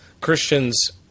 Christians